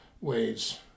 ways